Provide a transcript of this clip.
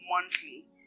monthly